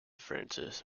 francis